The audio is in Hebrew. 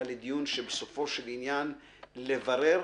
לבירור